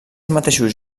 mateixos